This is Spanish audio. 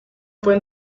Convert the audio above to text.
fue